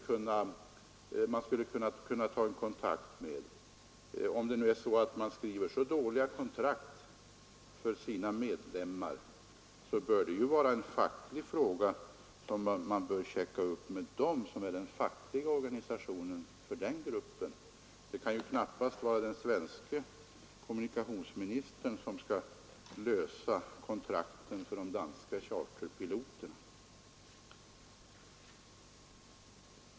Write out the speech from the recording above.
Om kontrakten är så dåliga för föreningens medlemmar, är det en facklig fråga, som bör checkas upp med den gruppens fackliga organisation. Det kan knappast vara den svenske kommunikationsministerns sak att få kontrakten för de danska charterpiloterna ändrade.